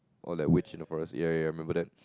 or like witch in the forest ya ya remember that